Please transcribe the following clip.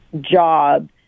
job